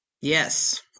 Yes